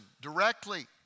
directly